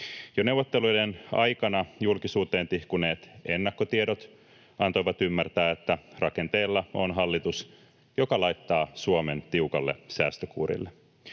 Jo neuvotteluiden aikana julkisuuteen tihkuneet ennakkotiedot antoivat ymmärtää, että rakenteilla on hallitus, joka laittaa Suomen tiukalle säästökuurille.